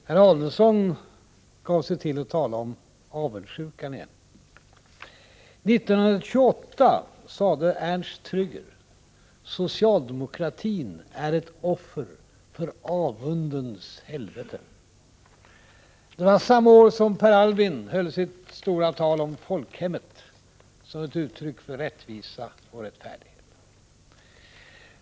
Herr talman! Ulf Adelsohn talade åter om avundsjukan. 1928 sade Ernst Trygger: ”Socialdemokratin är ett offer för avundens helvete.” Det var samma år som Per Albin Hansson höll sitt stora tal om folkhemmet såsom ett uttryck för rättvisa och rättfärdighet.